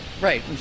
right